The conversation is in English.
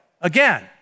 again